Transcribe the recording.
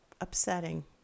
upsetting